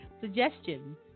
suggestions